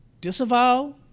disavow